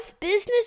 business